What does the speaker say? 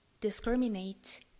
discriminate